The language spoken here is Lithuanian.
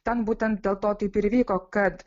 ten būtent dėl to taip ir įvyko kad